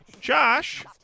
Josh